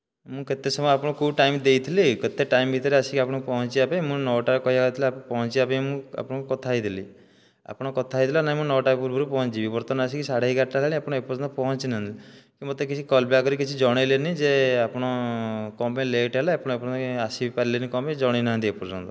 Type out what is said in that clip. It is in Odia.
ମୁଁ କେତେ ସମୟ ଆପଣଙ୍କୁ କେଉଁ ଟାଇମ ଦେଇଥିଲି କେତେ ଟାଇମ ଭିତରେ ଆସିକି ଆପଣଙ୍କୁ ପହଞ୍ଚିବା ପାଇଁ ମୁଁ ନ' ଟା କହିବା ଥିଲା ପହଞ୍ଚିବା ପାଇଁ ମୁଁ ଆପଣଙ୍କୁ କଥା ହୋଇଥିଲି ଆପଣ କଥା ହେଇଥିଲେ ନାଇଁ ମୁଁ ନ' ଟା ପୂର୍ବରୁ ପହଞ୍ଚିଯିବି ବର୍ତ୍ତମାନ ଆସିକି ସାଢ଼େ ଏଗାର ଟା ହେଲାଣି ଆପଣ ଏ ପର୍ଯ୍ୟନ୍ତ ପହଞ୍ଚିନାହାନ୍ତି ମୋତେ କିଛି କଲ ବ୍ୟାକ କରି କିଛି ଜଣେଇଲେନି ଯେ ଆପଣ କଣ ପାଇଁ ଲେଟ ହେଲେ ଆପଣ ଏ ପର୍ଯ୍ୟନ୍ତ ବି ଆସି ବି ପାରିଲେନି କଣ ପାଇଁ ଜଣେଇ ନାହାନ୍ତି ଏ ପର୍ଯ୍ୟନ୍ତ